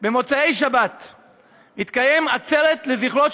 את המושב החשוב הזה, שעסק בזיכרון